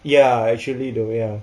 ya actually though ya